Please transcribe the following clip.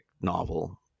novel